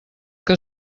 que